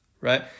right